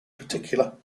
particular